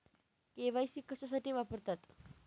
KYC कशासाठी वापरतात?